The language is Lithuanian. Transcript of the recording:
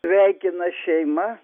sveikina šeima